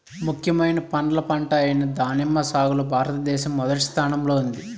ముఖ్యమైన పండ్ల పంట అయిన దానిమ్మ సాగులో భారతదేశం మొదటి స్థానంలో ఉంది